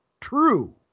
true